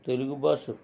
తెలుగు భాష